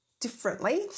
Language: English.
differently